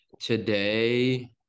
Today